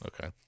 Okay